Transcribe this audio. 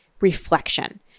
reflection